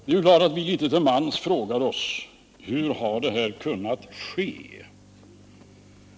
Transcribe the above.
Det är klart att vi litet till mans frågar oss: Hur har det här kunnat ske?